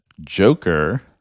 Joker